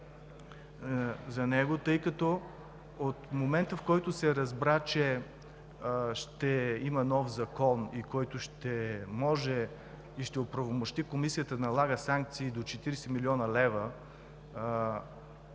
за него, тъй като от момента, в който се разбра, че ще има нов закон, който ще може и ще оправомощи Комисията да налага санкции до 40 млн. лв.,